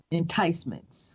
enticements